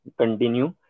continue